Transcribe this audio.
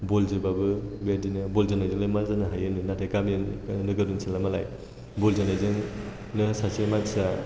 बल जोबाबो बेबायदिनो बल जोनायजोंलाय मा जानो हायो होनो नाथाय गामि नोगोर ओनसोलना मालाय बल जोनायजोंनो सासे मानसिया